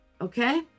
okay